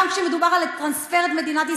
גם כשמדובר על לטרנספר את מדינת ישראל,